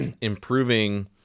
improving